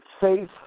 safe